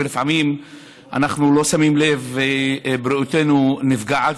ולפעמים אנחנו לא שמים לב ובריאותנו נפגעת.